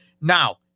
Now